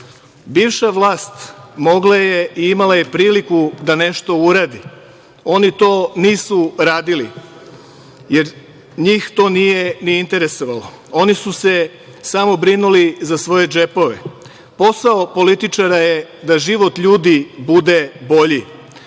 vlast mogla je i imala je priliku da nešto uradi. Oni to nisu uradili, jer njih to nije ni interesovalo. Oni su se samo brinuli za svoje džepove. Posao političara je da život ljudi bude bolji.U